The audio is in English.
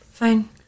Fine